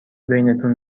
بینتون